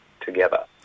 together